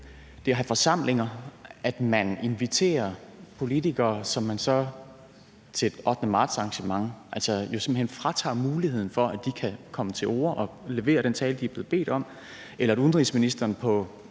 sammen på i forsamlinger, at man inviterer politikere, som så til et 8. marts-arrangement fratages muligheden for at komme til orde og levere den tale, de er blevet bedt om, eller at udenrigsministeren på